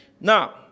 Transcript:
Now